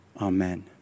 Amen